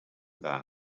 dda